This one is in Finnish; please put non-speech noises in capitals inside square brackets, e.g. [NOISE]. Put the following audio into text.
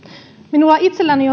minulla itselläni [UNINTELLIGIBLE]